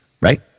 Right